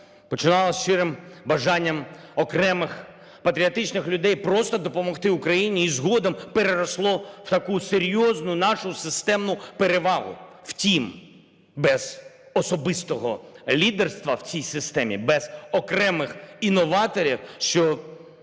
починалась щирим бажанням окремих патріотичних людей просто допомогти Україні і згодом переросло в таку серйозну нашу системну перевагу. Втім без особистого лідерства в цій системі, без окремих інноваторів, що